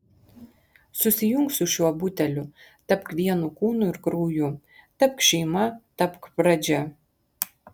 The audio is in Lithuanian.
susijunk su šiuo buteliu tapk vienu kūnu ir krauju tapk šeima tapk pradžia